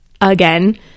again